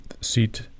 seat